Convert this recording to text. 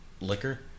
liquor